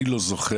אני לא זוכר.